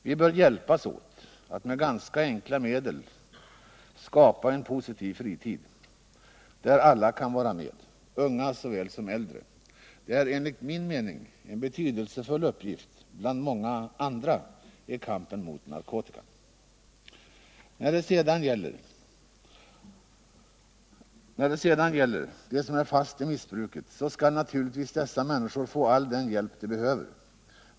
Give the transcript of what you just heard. Vi bör hjälpas åt att med ganska enkla medel skapa en positiv fritid där alla kan vara med, unga såväl som äldre. Det är enligt min mening en betydelsefull uppgift bland många andra i kampen mot narkotikan. När det sedan gäller dem som är fast i missbruket skall dessa människor naturligtvis få all den hjälp de behöver.